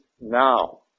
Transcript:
now